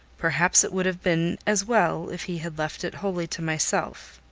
perhaps it would have been as well if he had left it wholly to myself.